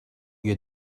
you